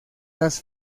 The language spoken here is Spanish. las